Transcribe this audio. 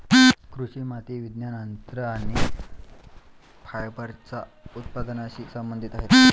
कृषी माती विज्ञान, अन्न आणि फायबरच्या उत्पादनाशी संबंधित आहेत